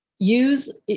use